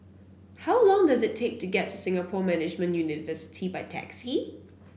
how long does it take to get to Singapore Management University by taxi